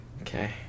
Okay